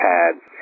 Pads